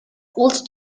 also